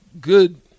good